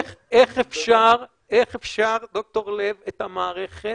איך אפשר, ד"ר לב, לכייל את המערכת